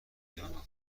یافتم